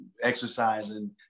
exercising